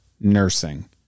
nursing